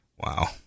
Wow